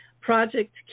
Project